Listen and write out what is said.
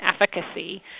efficacy